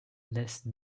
naissent